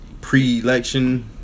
pre-election